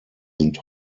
sind